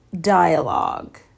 dialogue